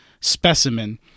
specimen